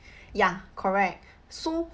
ya correct so